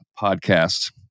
podcast